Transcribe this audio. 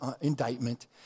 indictment